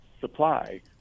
supply